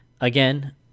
again